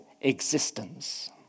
existence